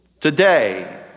Today